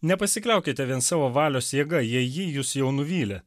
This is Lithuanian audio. nepasikliaukite vien savo valios jėga jei ji jus jau nuvylė